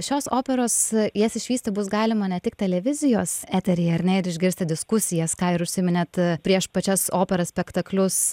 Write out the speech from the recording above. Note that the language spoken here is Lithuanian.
šios operos jas išvysti bus galima ne tik televizijos eteryje ar ne ir išgirsti diskusijas ką ir užsiiminėt prieš pačias operas spektaklius